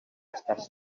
estàs